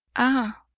ah!